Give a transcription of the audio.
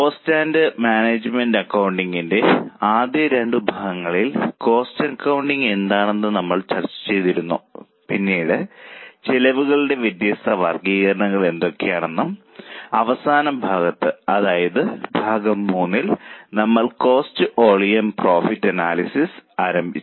cost and management അക്കൌണ്ടിംഗിന്റെ ആദ്യ രണ്ടു ഭാഗങ്ങളിൽ കോസ്റ്റ് അക്കൌണ്ടിങ് എന്താണെന്ന് നമ്മൾ ചർച്ച ചെയ്തിരുന്നു പിന്നീട് ചെലവുകളുടെ വ്യത്യസ്ത വർഗ്ഗീകരണങ്ങൾ എന്തൊക്കെയാണെന്നും അവസാനഭാഗത്ത് അതായത് ഭാഗം മൂന്നിൽ നമ്മൾ കോസ്റ്റ് വോളിയം പ്രോഫിറ്റ് അനാലിസിസ് ആരംഭിച്ചു